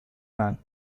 man